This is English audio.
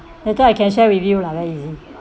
later I can share with you lah very easy